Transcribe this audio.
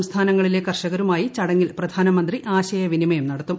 സംസ്ഥാനങ്ങളിലെ കർഷകരുമായി ചടങ്ങിൽ പ്രധാനമന്ത്രി ആശയവിനിമയം നടത്തും